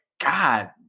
god